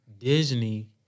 Disney